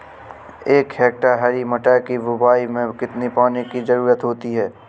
एक हेक्टेयर हरी मटर की बुवाई में कितनी पानी की ज़रुरत होती है?